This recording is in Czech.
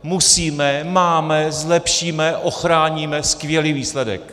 Musíme, máme, zlepšíme, ochráníme, skvělý výsledek.